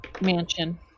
mansion